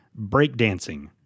breakdancing